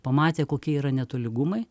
pamatė kokie yra netolygumai